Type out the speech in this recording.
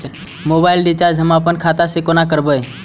Mobile recharge हम आपन खाता से कोना करबै?